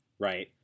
Right